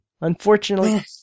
Unfortunately